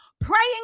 praying